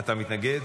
אתה מתנגד?